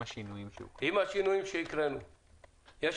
לסעיפים קטנים (א) ו-(ב) עם השינויים שהקראנו?